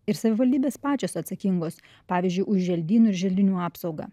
ir savivaldybės pačios atsakingos pavyzdžiui už želdynų ir želdinių apsaugą